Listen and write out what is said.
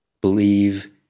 believe